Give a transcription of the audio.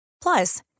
Plus